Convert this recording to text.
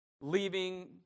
leaving